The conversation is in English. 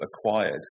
acquired